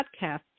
Podcasts